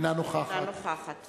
אינה נוכחת